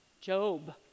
Job